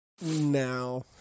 Now